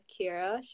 Kira